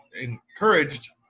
encouraged